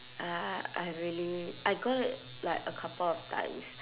ah I really I got it like a couple of times